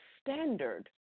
standard